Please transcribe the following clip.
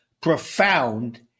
profound